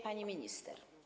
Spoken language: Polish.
Pani Minister!